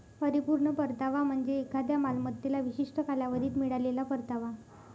परिपूर्ण परतावा म्हणजे एखाद्या मालमत्तेला विशिष्ट कालावधीत मिळालेला परतावा